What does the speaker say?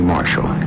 Marshall